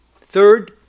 Third